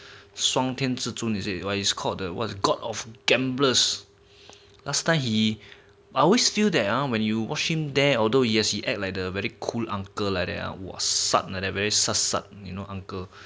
双天至尊 is it but is called what the god of gamblers last time he I always feel that ah when you watch him there although yes he act like the very cool uncle like that ah !wah! that a very you know uncle